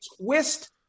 twist